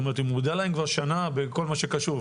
היא מורידה להם כבר שנה בכל מה שקשור.